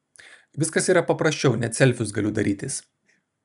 viskas yra paprasčiau net selfius galiu darytis